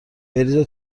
بریزه